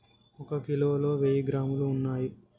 ఒక కిలోలో వెయ్యి గ్రాములు ఉన్నయ్